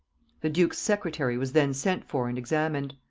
the duke's secretary was then sent for and examined.